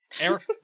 Eric